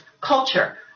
culture